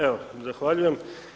Evo, zahvaljujem.